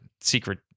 secret